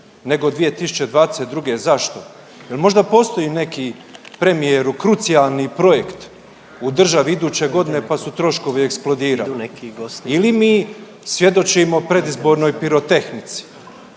nego 2022., zašto? Jel možda postoji neki premijeru krucijalni projekt u državi iduće godine pa su troškovi eksplodirali ili mi svjedočimo predizbornoj pirotehnici.